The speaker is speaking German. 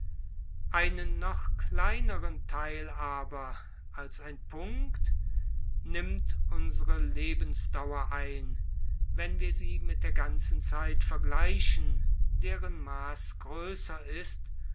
einen noch kleineren theil aber als ein punkt nimmt unsre lebensdauer ein wenn wir sie mit der ganzen zeit vergleichen deren maß größer ist